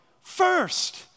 first